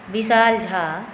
Vishal Jha